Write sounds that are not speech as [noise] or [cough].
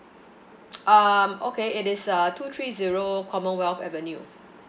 [noise] um okay it is uh two three zero commonwealth avenue